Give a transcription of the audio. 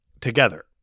together